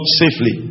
safely